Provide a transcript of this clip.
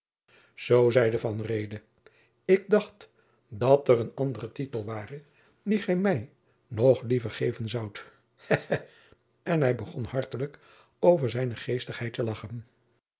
zoo zeide van reede ik dacht dat er een andere tijtel ware dien gij mij nog liever geven zoudt hê hê en hij begon hartelijk over zijne geestigheid te lagchen